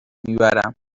میبرم